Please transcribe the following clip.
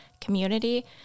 community